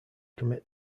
commit